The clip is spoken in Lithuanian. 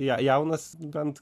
ja jaunas bent